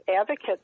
advocates